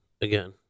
again